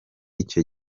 icyo